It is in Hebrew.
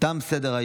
ואין נמנעים.